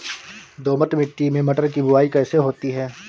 दोमट मिट्टी में मटर की बुवाई कैसे होती है?